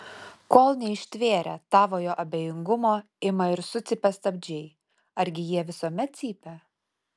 kol neištvėrę tavojo abejingumo ima ir sucypia stabdžiai argi jie visuomet cypia